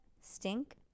stink